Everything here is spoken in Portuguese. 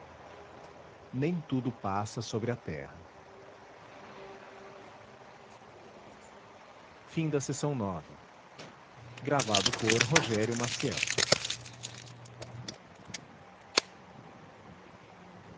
iracema tudo passa sobre a terra senhores a